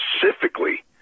specifically